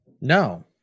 No